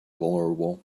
vulnerable